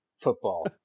football